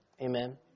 Amen